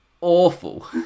awful